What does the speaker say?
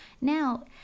Now